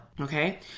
okay